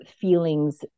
feelings